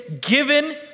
given